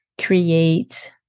create